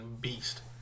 beast